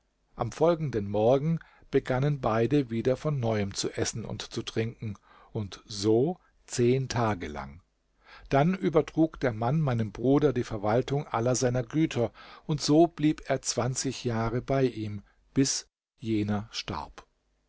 am folgenden morgen begannen beide wieder von neuem zu essen und zu trinken und so zehn tage lang dann übertrug der mann meinem bruder die verwaltung aller seiner güter und so blieb er jahre bei ihm bis jener starb